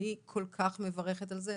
אני כל כך מברכת על זה.